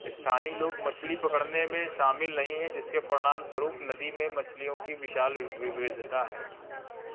स्थानीय लोग मछली पकड़ने में शामिल नहीं हैं जिसके परिणामस्वरूप नदी में मछलियों की विशाल विविधता है